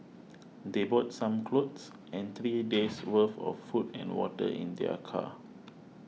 they brought some clothes and three days' worth of food and water in their car